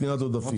קניית עודפים".